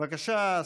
להזכיר לך.